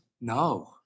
No